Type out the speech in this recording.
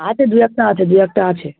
আছে দুই একটা আছে দুই একটা আছে